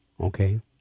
Okay